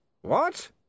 What